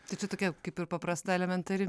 tai čia tokia kaip ir paprasta elementari